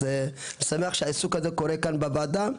אז אני שמח שהעיסוק הזה קורה כאן בוועדה,